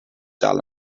dal